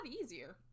easier